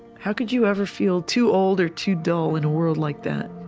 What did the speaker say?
how could you ever feel too old or too dull in a world like that?